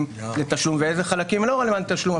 לתשלום ואיזה חלקים לא רלוונטיים לתשלום,